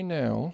now